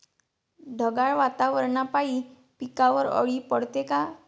ढगाळ वातावरनापाई पिकावर अळी पडते का?